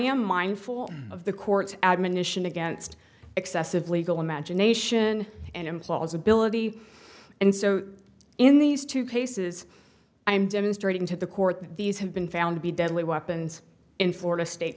am mindful of the court's admonition against excessive legal imagination and implausibility and so in these two cases i am demonstrating to the court that these have been found to be deadly weapons in florida state